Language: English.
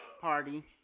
party